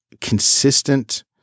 consistent